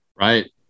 Right